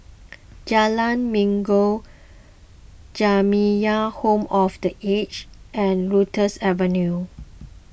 Jalan Minggu Jamiyah Home for the Aged and Lotus Avenue